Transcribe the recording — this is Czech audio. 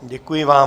Děkuji vám.